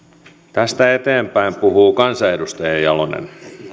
tästä eteenpäin puhuu kansanedustaja jalonen